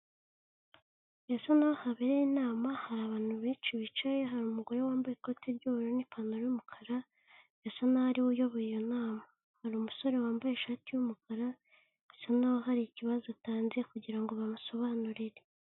Bisa n'aho habereye inama, hari abantu benshi bicaye, hari umugore wambaye ikoti ry'ubururu n'ipantaro y'umukara, bisa n'aho ariwe uyoboye iyo nama, hari umusore wambaye ishati y'umukara, bisa n'aho hari ikibazo atanze kugirango bamusobanurire.